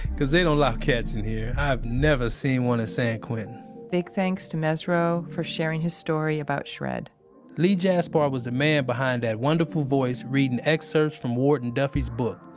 cause they don't allow cats in here. i've never seen one in san quentin big thanks to mesro for sharing his story about shred lee jasper was the man behind that wonderful voice reading excerpts from warden duffy's book,